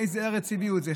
מאיזו ארץ הביאו את זה,